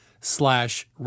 slash